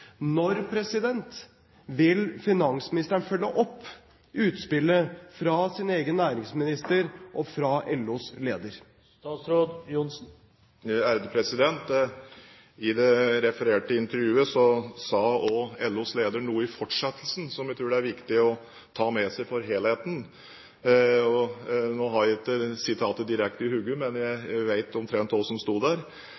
Når vil finansministeren følge opp utspillet fra sin egen næringsminister og fra LOs leder? I det refererte intervjuet sa LOs leder noe i fortsettelsen som jeg tror det er viktig å ta med seg for helhetens skyld. Nå har jeg ikke sitatet direkte i hodet, men jeg